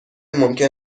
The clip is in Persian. ممکن